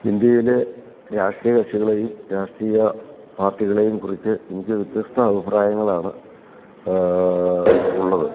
ഇൻഡ്യയിലെ രാഷ്ട്രീയ കക്ഷികളെയും രാഷ്ട്രീയ പാർട്ടികളെയും കുറിച്ച് എനിക്കു വ്യത്യസ്ത അഭിപ്രായങ്ങളാണ് ഉള്ളത്